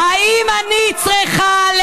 איזה פחד.